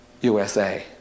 USA